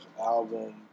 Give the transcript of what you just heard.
album